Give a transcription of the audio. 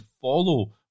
follow